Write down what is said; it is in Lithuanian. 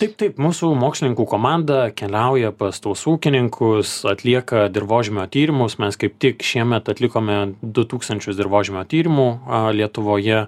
taip taip mūsų mokslininkų komanda keliauja pas tuos ūkininkus atlieka dirvožemio tyrimus mes kaip tik šiemet atlikome du tūkstančius dirvožemio tyrimų lietuvoje